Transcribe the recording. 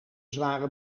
zware